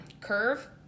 curve